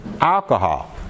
alcohol